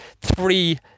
three